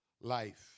Life